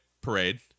Parade